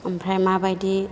ओमफ्राय माबायदि